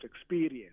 experience